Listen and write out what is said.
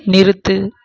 நிறுத்து